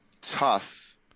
tough